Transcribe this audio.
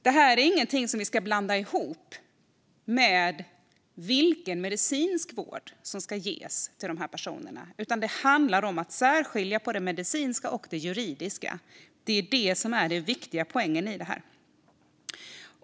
Det här är ingenting som vi ska blanda ihop med vilken medicinsk vård som ska ges till dessa personer, utan det handlar om att skilja på det medicinska och det juridiska. Det är det som är den viktiga poängen.